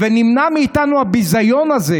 ונמנע מאיתנו הביזיון הזה.